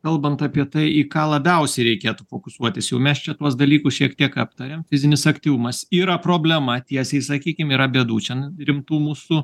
kalbant apie tai į ką labiausiai reikėtų fokusuotis jau mes čia tuos dalykus šiek tiek aptarėm fizinis aktyvumas yra problema tiesiai sakykim yra bėdų čia rimtų mūsų